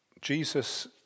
Jesus